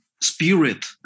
spirit